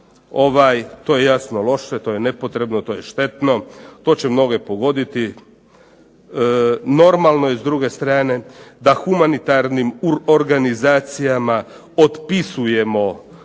to je jasno loše, to je nepotrebno, to je štetno, to će mnoge pogoditi. Normalno je s druge strane da humanitarnim organizacijama otpisujemo